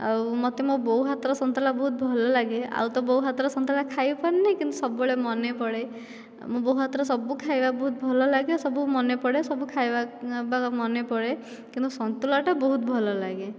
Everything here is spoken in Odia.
ଆଉ ମୋତେ ମୋ' ବୋଉ ହାତର ସନ୍ତୁଳା ବହୁତ ଭଲ ଲାଗେ ଆଉ ତ ବୋଉ ହାତର ସନ୍ତୁଳା ଖାଇପାରୁନାହିଁ କିନ୍ତୁ ସବୁବେଳେ ମନେ ପଡ଼େ ମୋ' ବୋଉ ହାତର ସବୁ ଖାଇବା ବହୁତ ଭଲ ଲାଗେ ସବୁ ମନେ ପଡ଼େ ସବୁ ଖାଇବା ମନେ ପଡ଼େ କିନ୍ତୁ ସନ୍ତୁଳାଟା ବହୁତ ଭଲ ଲାଗେ